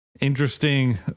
Interesting